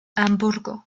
hamburgo